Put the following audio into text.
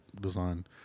design